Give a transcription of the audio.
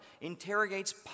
interrogates